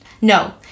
No